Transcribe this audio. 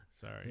sorry